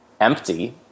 empty